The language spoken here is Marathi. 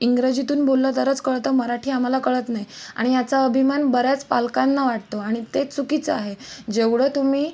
इंग्रजीतून बोललं तरंच कळतं मराठी आम्हाला कळत नाही आणि याचा अभिमान बऱ्याच पालकांना वाटतो आणि ते चुकीचं आहे जेवढं तुम्ही